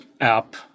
app